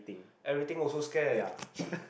everything also scared